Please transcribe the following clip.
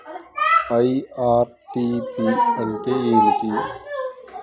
IRDP అంటే ఏమిటి?